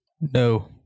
No